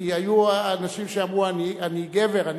כי היו אנשים שאמרו: אני גבר,